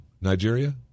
Nigeria